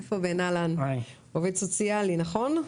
עובד סוציאלי, נכון?